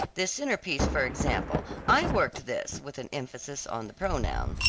this centrepiece for example, i worked this, with an emphasis on the pronoun.